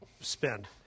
spend